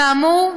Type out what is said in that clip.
כאמור,